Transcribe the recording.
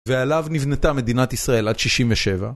ועליו נבנתה מדינת ישראל עד 67.